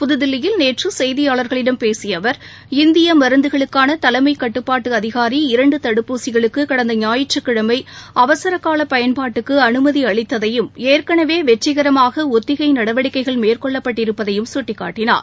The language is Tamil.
புதுதில்லியில் நேற்று செய்தியாளர்களிடம் பேசிய அவர் இந்திய மருந்துகளுக்காள தலைமை கட்டுப்பாட்டு அதிகாரி இரண்டு தடுப்பூசிகளுக்கு கடந்த ஞாயிற்றுக்கிழமை அவசரகால் பயன்பாட்டுக்கு அனுமதி அளித்ததையும் ஏற்கனவே வெற்றிகரமாக ஒத்திகை நடவடிக்கைகள் மேற்கொள்ளப்பட்டிருப்பதையும் அவர் சுட்டிக்காட்டினார்